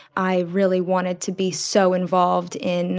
i really wanted to be so involved in